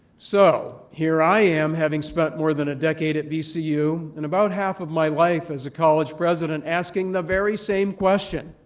so here i am having spent more than a decade at vcu and about half of my life as a college president asking the very same question.